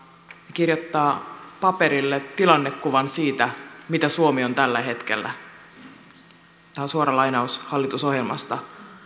kirjoittaa paperille tilannekuvan siitä mitä suomi on tällä hetkellä tämä on suora lainaus hallitusohjelmasta